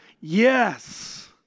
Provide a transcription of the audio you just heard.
Yes